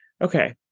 okay